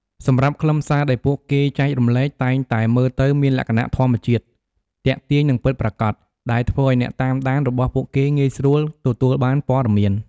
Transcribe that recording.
សម្រាប់ខ្លឹមសារដែលពួកគេចែករំលែកតែងតែមើលទៅមានលក្ខណៈធម្មជាតិ ទាក់ទាញ និងពិតប្រាកដ ដែលធ្វើឱ្យអ្នកតាមដានរបស់ពួកគេងាយស្រួលទទួលបានព័ត៌មាន។